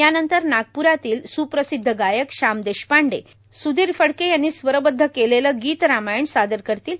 यानंतर नागप्रातील स्प्रसिद्ध गायक श्याम देशपांडे सुधीर फडके यांनी स्वरबद्ध केलेलं गीत रामायण सादर करणार आहेत